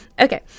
okay